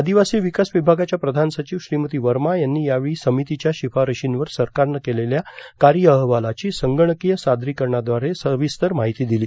आदिवासी विकास विभागाच्या प्रधान सचिव श्रीमती वर्मा यांनी यावेळी समितीच्या शिफारशींवर सरकारनं केलेल्या कार्य अहवालाची संगणकीय सादरीकरणाद्वारे सविस्तर माहिती दिली